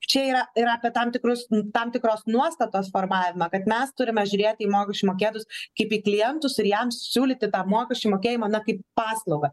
čia yra ir apie tam tikrus tam tikros nuostatos formavimą kad mes turime žiūrėti į mokesčių mokėtojus kaip į tientus ir jam siūlyti tą mokesčių mokėjimą na kaip paslaugą